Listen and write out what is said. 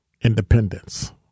independence